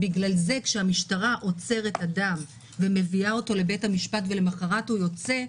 בגלל זה כשהמשטרה עוצרת אדם ומביאה אותו לבית המשפט ולמוחרת הוא יוצא,